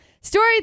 Story